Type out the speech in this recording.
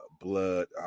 blood